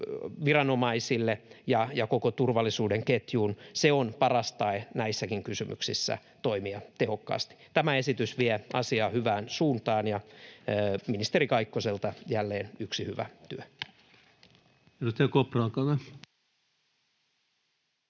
tiedusteluviranomaisille ja koko turvallisuuden ketjuun — se on paras tae näissäkin kysymyksissä tehokkaasti toimimiselle. Tämä esitys vie asiaa hyvään suuntaan, ja ministeri Kaikkoselta jälleen yksi hyvä työ.